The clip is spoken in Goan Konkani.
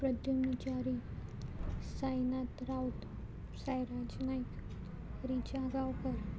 प्रद्युम च्यारी साईनाथ रावत सायराज नायक रिचा गांवकर